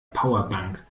powerbank